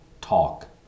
talk